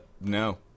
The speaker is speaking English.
no